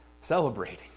celebrating